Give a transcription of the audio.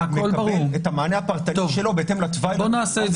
מקבל את המענה הפרטני שלו בהתאם לתוואי שלו.